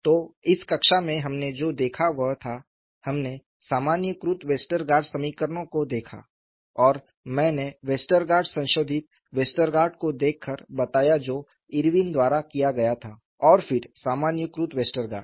तो इस कक्षा में हमने जो देखा वह था हमने सामान्यीकृत वेस्टरगार्ड समीकरणों को देखा और मैंने वेस्टरगार्ड संशोधित वेस्टरगार्ड को देखकर बताया जो इरविन द्वारा किया गया था और फिर सामान्यीकृत वेस्टरगार्ड